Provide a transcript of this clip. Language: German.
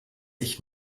ich